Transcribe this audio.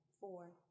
four